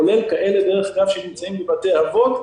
כולל כאלה שנמצאים בבתי אבות,